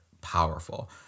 powerful